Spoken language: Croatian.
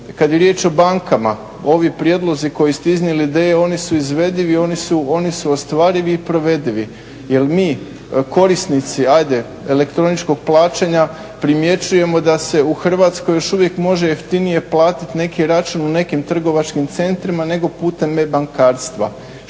kada je riječ o bankama, ovi prijedlozi koje ste iznijeli ideje, oni su izvedivi, oni su ostvarivi i provedivi jer mi korisnici, ajde elektroničkog plaćanja primjećujemo da se u Hrvatskoj još uvijek može jeftinije platiti neki računu u nekim trgovačkim centrima nego putem e-bankarstva